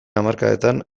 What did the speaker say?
hamarkadetan